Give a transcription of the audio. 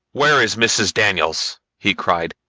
where is mrs. daniels? he cried,